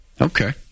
Okay